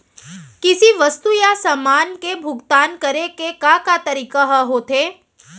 किसी वस्तु या समान के भुगतान करे के का का तरीका ह होथे?